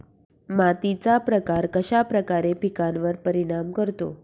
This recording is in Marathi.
मातीचा प्रकार कश्याप्रकारे पिकांवर परिणाम करतो?